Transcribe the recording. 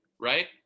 right